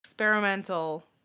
Experimental